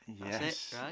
yes